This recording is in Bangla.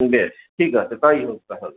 বেশ ঠিক আছে তাই হোক তা হলে